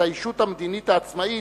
את הישות המדינית העצמאית,